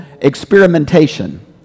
experimentation